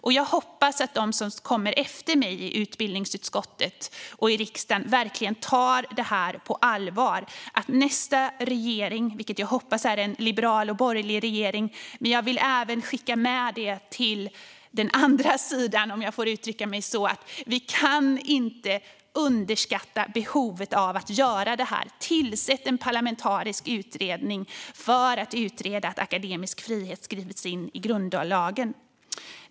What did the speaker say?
Och jag hoppas att de som kommer efter mig i utbildningsutskottet och riksdagen och nästa regering, vilken jag hoppas är en liberal och borgerlig regering, verkligen tar det här på allvar. Men jag vill även skicka med till den andra sidan, om jag får uttrycka mig så, att vi inte får underskatta behovet av att tillsätta en parlamentarisk utredning för att utreda att akademisk frihet skrivs in i grundlagen.